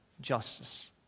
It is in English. justice